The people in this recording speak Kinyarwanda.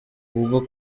ubwo